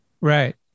Right